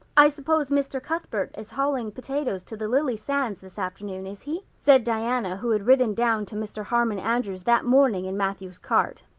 i suppose mr. cuthbert is hauling potatoes to the lily sands this afternoon, is he? said diana, who had ridden down to mr. harmon andrews's that morning in matthew's cart.